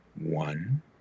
one